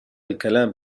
الكلام